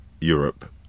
Europe